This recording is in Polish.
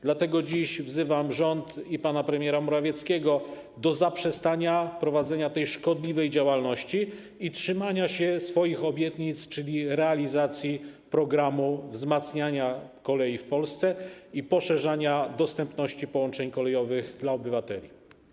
Dlatego dziś wzywam rząd i pana premiera Morawieckiego do zaprzestania prowadzenia tej szkodliwej działalności i trzymania się swoich obietnic, czyli realizacji programu wzmacniania kolei w Polsce i poszerzania dostępności połączeń kolejowych dla obywateli.